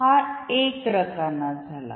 हा एक रकाना झाला